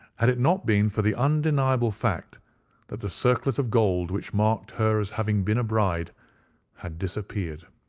had it not been for the undeniable fact that the circlet of gold which marked her as having been a bride had disappeared.